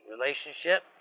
relationship